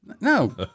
No